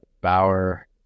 Bauer